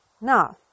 Now